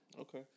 Okay